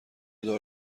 دار